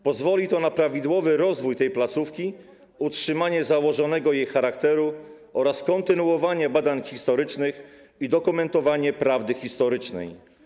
Pozwoli to na prawidłowy rozwój tej placówki, utrzymanie założonego jej charakteru oraz kontynuowanie badań historycznych i dokumentowanie prawdy historycznej.